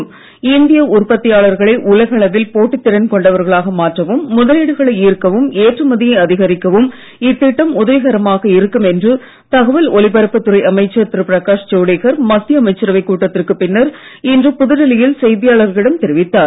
ஜவளி இந்திய உற்பத்தியாளர்களை உலக அளவில் போட்டித் திறன் கொண்டவர்களாக மாற்றவும் முதலீடுகளை ஈர்க்கவும் ஏற்றுமதியை அதிகரிக்கவும் இத்திட்டம் உதவிகரமாக இருக்கும் என்று தகவல் ஒலிபரப்புத் துறை அமைச்சர் திரு பிரகாஷ் ஜவடேகர் மத்திய அமைச்சரவைக் கூட்டத்திற்கு பின்னர் இன்று புதுடெல்லியில் செய்தியாளர்களிடம் தெரிவித்தார்